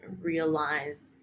realize